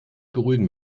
beruhigen